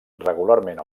regularment